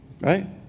right